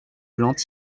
blanc